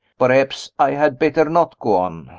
perhaps i had better not go on?